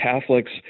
Catholics